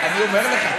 אני אומר לך.